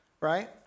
right